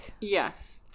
yes